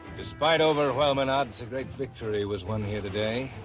despite overwhelming odds. a great victory was won here today.